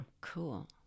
cool